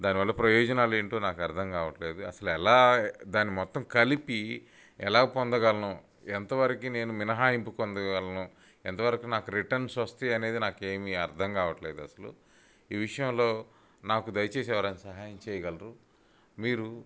దాని వల్ల ప్రయోజనాలు ఏంటో నాకు అర్థం కావట్లేదు అసలు ఎలా దాని మొత్తం కలిపి ఎలా పొందగలనో ఎంత వరకు నేను మినహాయింపు పొందగలనో ఎంత వరకు నాకు రిటర్న్స్ వస్తాయి అనేది నాకు ఏమి అర్థం కావట్లేదు అసలు ఈ విషయంలో నాకు దయచేసి ఎవరైనా సహాయం చేయగలరు మీరు